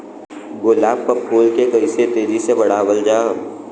गुलाब क फूल के कइसे तेजी से बढ़ावल जा?